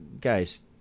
guys